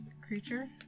creature